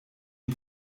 die